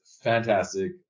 fantastic